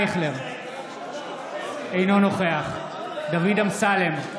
אינו נוכח דוד אמסלם,